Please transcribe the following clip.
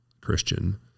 Christian